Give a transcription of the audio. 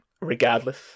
Regardless